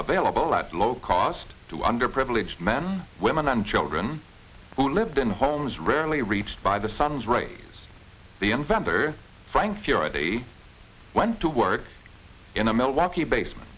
available at low cost to underprivileged men women and children who lived in homes rarely reached by the sun's rays the inventor frank furedi went to work in a milwaukee basement